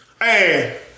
Hey